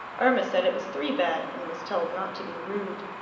irma said it was three bad, and was told not to be rude.